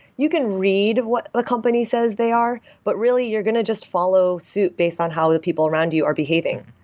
you can read what the company says they are, but really you're going to just follow suite based on how the people around you are behaving.